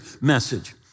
message